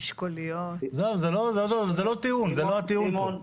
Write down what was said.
זה לא הטיעון פה.